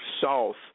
south